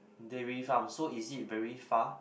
Dairy-Farm so is it very far